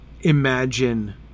imagine